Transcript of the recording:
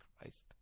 Christ